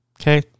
Okay